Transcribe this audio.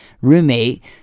roommate